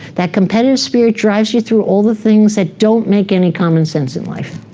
that competitive spirit drives you through all the things that don't make any common sense in life.